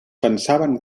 pensaven